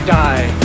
die